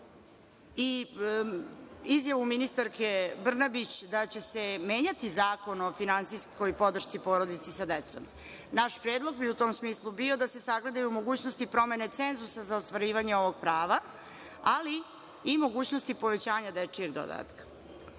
i izjavu ministarke Brnabić da će se menjati Zakon o finansijskoj podršci porodici sa decom. Naš predlog bi u tom smislu bio da se sagledaju mogućnosti promene cenzusa za ostvarivanje ovog prava, ali i mogućnost povećanja dečijeg dodatka.Dečiji